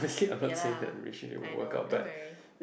ya lah I know don't worry